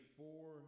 four